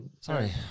Sorry